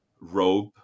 robe